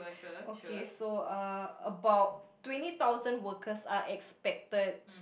okay so uh about twenty thousand workers are expected